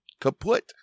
kaput